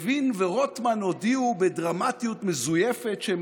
לוין ורוטמן הודיעו בדרמטיות מזויפת שהם